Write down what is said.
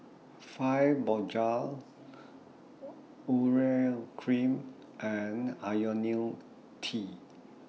Fibogel Urea Cream and Ionil T